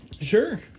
Sure